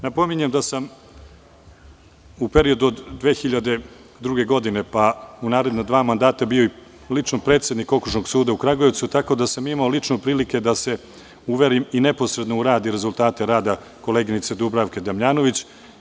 Napominjem da sam u periodu od 2002. godine, pa u naredna dva mandata bio lično predsednik Okružnog suda u Kragujevcu, tako da sam imao lično prilike da se uverim i neposredno u rad i rezultate rada koleginice Dubravke Damjanović.